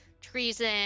treason